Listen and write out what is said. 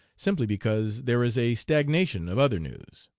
simply because there is a stagnation of other news.